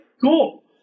cool